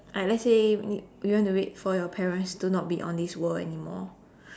I let's say you want to wait for your parents do not to be on this world anymore